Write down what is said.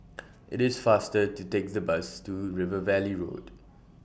IT IS faster to Take The Bus to River Valley Road